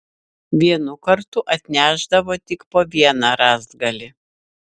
vienu kartu atnešdavo tik po vieną rąstgalį